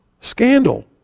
Scandal